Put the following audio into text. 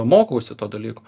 mokausi to dalyko